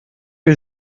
are